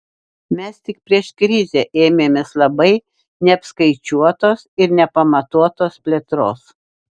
mes tik prieš krizę ėmėmės labai neapskaičiuotos ir nepamatuotos plėtros